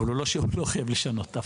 אבל הוא דווקא לא חייב לשנות.